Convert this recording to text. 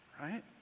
right